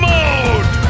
Mode